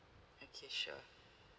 okay sure